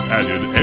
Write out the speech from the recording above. added